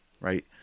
right